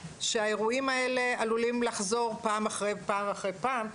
שהאירועים האלה עלולים לחזור פעם אחרי פעם אחרי פעם,